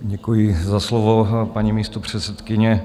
Děkuji za slovo, paní místopředsedkyně.